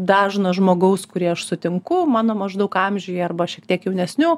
dažno žmogaus kurį aš sutinku mano maždaug amžiuje arba šiek tiek jaunesnių